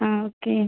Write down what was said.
ஆ okay